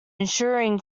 ensuing